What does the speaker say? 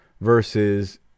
versus